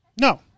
no